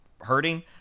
hurting